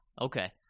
Okay